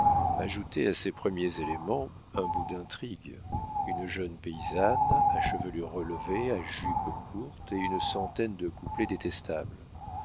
ajoutez à ces premiers éléments un bout d'intrigue une jeune paysanne à chevelure relevée à jupes courtes et une centaine de couplets détestables